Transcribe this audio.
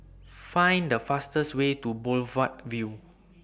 Find The fastest Way to Boulevard Vue